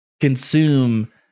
consume